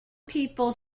people